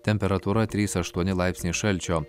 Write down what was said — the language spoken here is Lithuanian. temperatūra trys aštuoni laipsniai šalčio